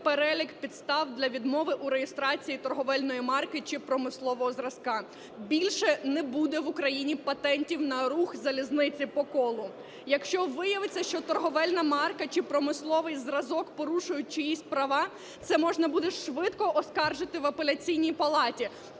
перелік підстав для відмови у реєстрації торговельної марки чи промислового зразка. Більше не буде в Україні патентів на рух залізниці по колу. Якщо виявиться, що торговельна марка чи промисловий зразок порушують чиїсь права, це можна буде швидко оскаржити в Апеляційній палаті